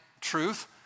truth